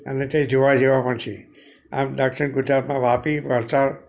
અને તે જોવા જેવા પણ છે આમ દક્ષિણ ગુજરાતમાં વાપી વલસાડ